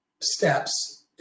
steps